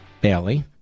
Bailey